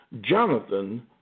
Jonathan